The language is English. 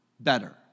Better